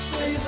Say